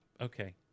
okay